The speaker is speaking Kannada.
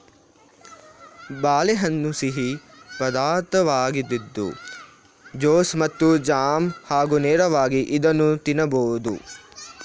ಬಾಳೆಹಣ್ಣು ಸಿಹಿ ಪದಾರ್ಥವಾಗಿದ್ದು ಜ್ಯೂಸ್ ಮತ್ತು ಜಾಮ್ ಹಾಗೂ ನೇರವಾಗಿ ಇದನ್ನು ತಿನ್ನಬೋದು